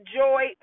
joy